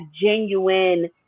genuine